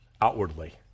outwardly